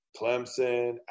Clemson